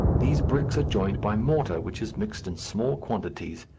these bricks are joined by mortar, which is mixed in small quantities,